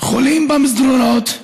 חולים במסדרונות,